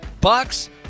Bucks